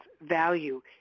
value